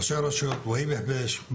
ראשי הרשויות נמצאים,